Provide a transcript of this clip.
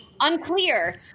Unclear